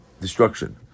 destruction